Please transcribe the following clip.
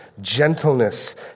gentleness